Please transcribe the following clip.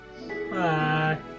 bye